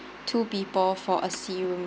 two people for a sea room